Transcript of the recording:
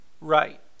Right